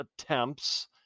attempts